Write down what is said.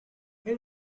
can